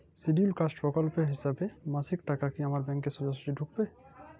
Scheduled caste প্রকল্পের হিসেবে মাসিক টাকা কি আমার ব্যাংকে সোজাসুজি ঢুকবে?